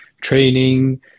training